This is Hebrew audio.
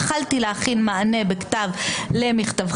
התחלתי להכין מענה בכתב למכתבכם,